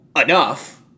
enough